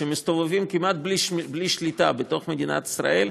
שמסתובבים כמעט בלי שליטה בתוך מדינת ישראל,